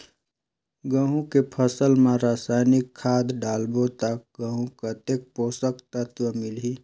गंहू के फसल मा रसायनिक खाद डालबो ता गंहू कतेक पोषक तत्व मिलही?